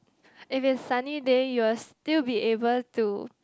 if is sunny day you will still be able to